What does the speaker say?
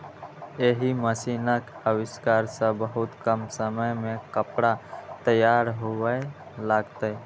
एहि मशीनक आविष्कार सं बहुत कम समय मे कपड़ा तैयार हुअय लागलै